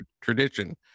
tradition